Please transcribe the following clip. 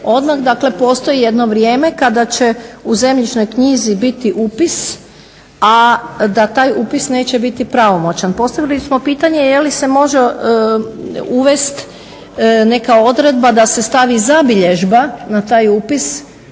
odmah dakle postoji jedno vrijeme kada će u zemljišnoj knjizi biti upis, a da taj upis neće biti pravomoćan. Postavili smo pitanje jeli se može uvesti neka odredba da se stavi zabilježba na taj upis,